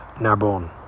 Narbonne